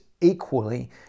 equally